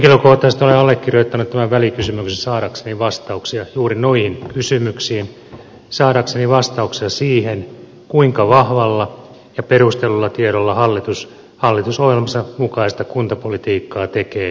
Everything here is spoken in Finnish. henkilökohtaisesti olen allekirjoittanut tämän välikysymyksen saadakseni vastauksia juuri noihin kysymyksiin saadakseni vastauksia siihen kuinka vahvalla ja perustellulla tiedolla hallitus hallitusohjelmansa mukaista kuntapolitiikkaa tekee ja suunnittelee